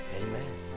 Amen